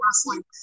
wrestling